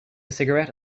cigarette